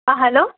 ஆ hello